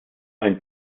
ein